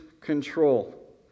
control